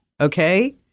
okay